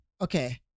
okay